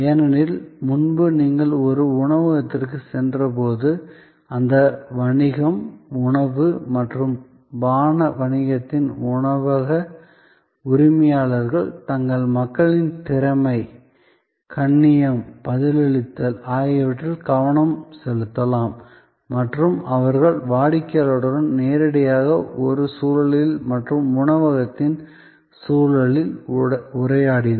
ஏனெனில் முன்பு நீங்கள் ஒரு உணவகத்திற்குச் சென்றபோது அந்த வணிகம் உணவு மற்றும் பான வணிகத்தின் உணவக உரிமையாளர்கள் தங்கள் மக்களின் திறமை கண்ணியம் பதிலளித்தல் ஆகியவற்றில் கவனம் செலுத்தலாம் மற்றும் அவர்கள் வாடிக்கையாளருடன் நேரிடையாக ஒரு சூழலில் மற்றும் உணவகத்தின் சூழலில் உரையாடினர்